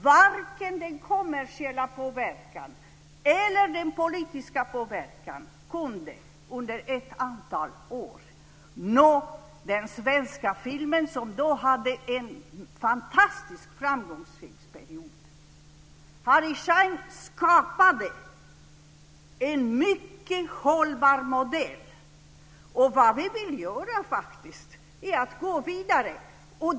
Varken den kommersiella påverkan eller den politiska påverkan kunde under ett antal år nå den svenska filmen, som då hade en fantastisk framgångsrik period. Harry Schein skapade en mycket hållbar modell. Vad vi vill göra är att gå vidare.